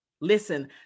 Listen